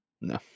No